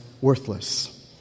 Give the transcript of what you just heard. worthless